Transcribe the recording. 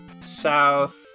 south